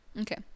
Okay